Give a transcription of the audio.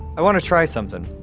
i want to try something